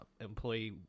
employee